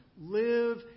live